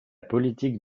politique